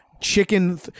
chicken